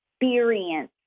experience